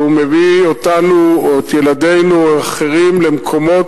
והוא מביא אותנו או את ילדינו ואחרים למקומות